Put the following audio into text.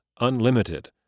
Unlimited